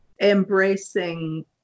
embracing